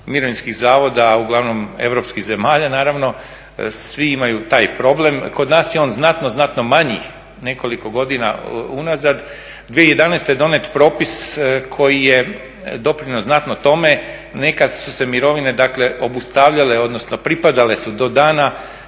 mirovinskih zavoda uglavnom europskih zemalja naravno, svi imaju taj problem. Kod nas je on znatno, znatno manji nekoliko godina unazad. 2011. je donijet propis koji je … znatno tome, nekad su se mirovine dakle obustavljale odnosno pripadale su do dana